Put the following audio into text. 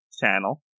channel